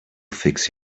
fix